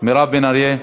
מירב בן ארי.